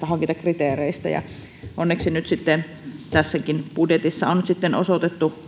hankintakriteereistä onneksi nyt tässäkin budjetissa on sitten osoitettu